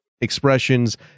expressions